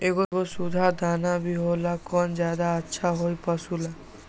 एगो सुधा दाना भी होला कौन ज्यादा अच्छा होई पशु ला?